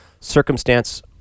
circumstance